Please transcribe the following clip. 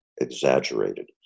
exaggerated